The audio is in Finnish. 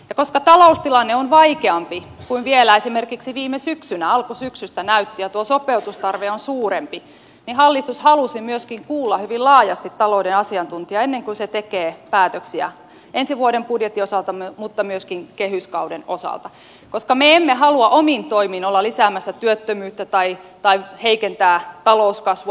ja koska taloustilanne on vaikeampi kuin esimerkiksi vielä viime syksynä alkusyksystä näytti ja tuo sopeutustarve on suurempi niin hallitus halusi myöskin kuulla hyvin laajasti talouden asiantuntijaa ennen kuin se tekee päätöksiä ensi vuoden budjetin osalta mutta myöskin kehyskauden osalta koska me emme halua omin toimin olla lisäämässä työttömyyttä tai heikentämässä talouskasvua